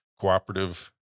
Cooperative